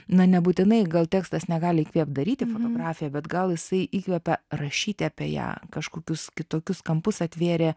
na nebūtinai gal tekstas negali įkvėpt daryti fotografiją bet gal jisai įkvepia rašyti apie ją kažkokius kitokius kampus atvėrė